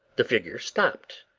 the figure stopped,